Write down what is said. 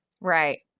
Right